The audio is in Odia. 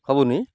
ହବୁନି